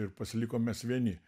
ir pasilikom mes vieni